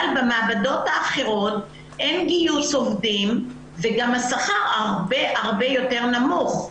אבל במעבדות האחרות אין גיוס עובדים וגם השכר הרבה יותר נמוך.